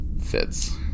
fits